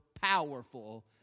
powerful